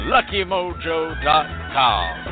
LuckyMojo.com